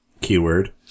keyword